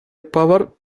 power